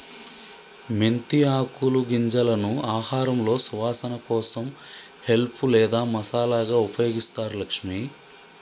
మెంతి ఆకులు గింజలను ఆహారంలో సువాసన కోసం హెల్ప్ లేదా మసాలాగా ఉపయోగిస్తారు లక్ష్మి